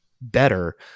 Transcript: better